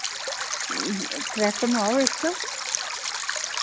track नुआओ इक